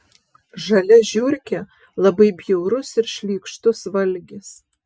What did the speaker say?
žalia žiurkė labai bjaurus ir šlykštus valgis